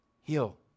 Heal